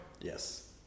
yes